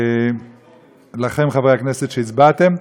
ולכם, חברי הכנסת, שהצבעתם.